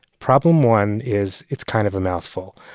problem one is it's kind of a mouthful.